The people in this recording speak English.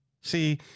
See